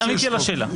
עניתי על השאלה.